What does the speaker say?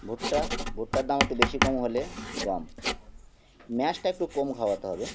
ভুট্টা ভুট্টার দাম একটু বেশি কম হলে গম ম্যাশটা একটু কম খাওয়াতে হবে